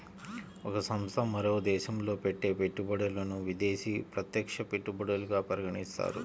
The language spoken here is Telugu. ఒక సంస్థ మరో దేశంలో పెట్టే పెట్టుబడులను విదేశీ ప్రత్యక్ష పెట్టుబడులుగా పరిగణిస్తారు